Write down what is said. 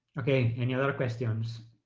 okay, any other questions?